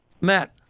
Matt